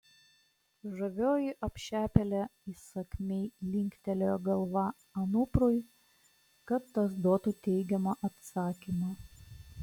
žavioji apšepėlė įsakmiai linktelėjo galva anuprui kad tas duotų teigiamą atsakymą